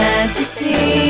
Fantasy